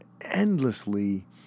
endlessly